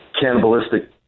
cannibalistic